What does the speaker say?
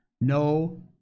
no